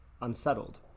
unsettled